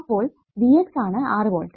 അപ്പോൾ V x ആണ് 6 volt